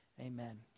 Amen